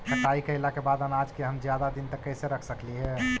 कटाई कैला के बाद अनाज के हम ज्यादा दिन तक कैसे रख सकली हे?